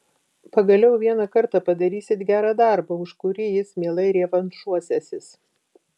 pagaliau vieną kartą padarysit gerą darbą už kurį jis mielai revanšuosiąsis